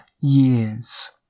years